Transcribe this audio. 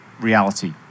reality